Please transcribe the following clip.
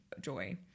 joy